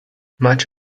much